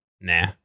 nah